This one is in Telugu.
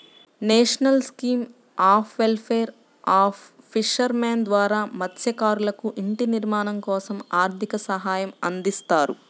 national scheme of welfare of fishermen ద్వారా మత్స్యకారులకు ఇంటి నిర్మాణం కోసం ఆర్థిక సహాయం అందిస్తారు